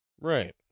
Right